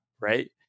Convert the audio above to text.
right